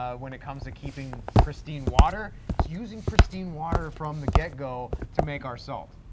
ah when it comes to keeping pristine water it's using pristine water from the get-go to make our salt.